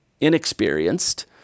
inexperienced